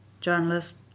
journalist